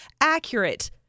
accurate